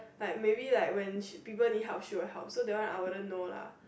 like maybe like when she people need help she will help so that one I didn't know lah